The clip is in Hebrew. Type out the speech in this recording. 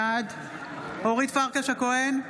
בעד אורית פרקש הכהן,